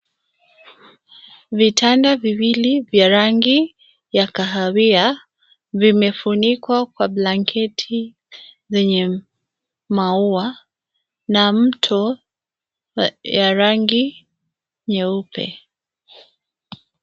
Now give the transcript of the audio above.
Vitendo viwili vya rangi ya kahawia, vimefunikwa kwa blanketi zenye maua na mto ya rangi nyeupe.